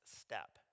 step